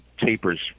tapers